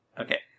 Okay